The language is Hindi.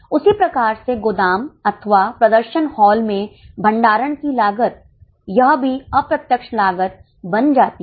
उसीप्रकार से गोदाम अथवा प्रदर्शन हॉल में भंडारण की लागत यह भी अप्रत्यक्ष लागत बन जाती है